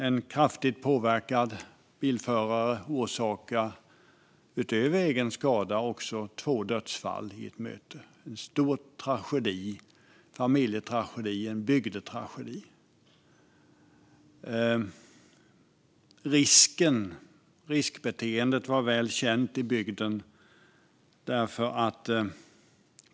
En kraftigt påverkad bilförare orsakade utöver egen skada också två dödsfall i ett möte - en stor tragedi, en familjetragedi, en bygdetragedi. Riskbeteendet var väl känt i bygden.